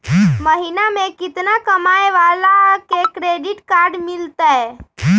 महीना में केतना कमाय वाला के क्रेडिट कार्ड मिलतै?